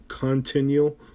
Continual